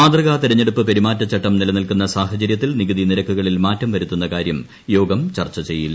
മാതൃകാ തെരഞ്ഞെടുപ്പ് പെരുമാറ്റചട്ടം നിലനിൽക്കുന്ന സാഹചരൃത്തിൽ നികുതി നിരക്കുകളിൽ മാറ്റം വരുത്തുന്ന കാര്യം യോഗം ചർച്ചചെയ്യില്ല